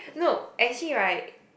no actually right